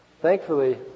Thankfully